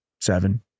seven